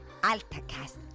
AltaCast